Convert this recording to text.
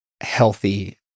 healthy